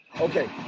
Okay